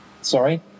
Sorry